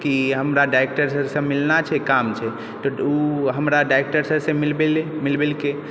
कि हमरा डाइरेक्टर सरसे मिलना छै काम छै तऽ ओ हमरा डाइरेक्टर सरसे मिलवेलकय